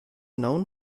known